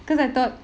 because I thought